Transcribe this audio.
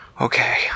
okay